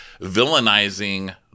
villainizing